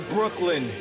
Brooklyn